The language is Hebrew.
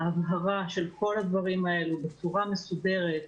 ההבהרה של כל הדברים האלה בצורה מסודרת.